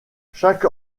chaque